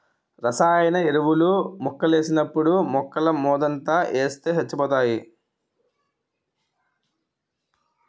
రసాయన ఎరువులు మొక్కలకేసినప్పుడు మొక్కలమోదంట ఏస్తే సచ్చిపోతాయి